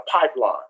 pipeline